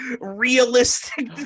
realistic